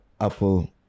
Apple